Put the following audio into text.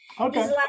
Okay